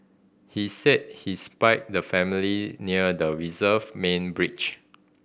he said he spied the family near the reserve main bridge